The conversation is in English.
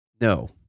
No